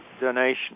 donation